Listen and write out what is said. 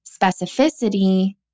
specificity